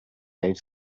gave